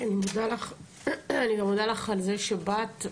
אני מודה לך על זה שבאמת.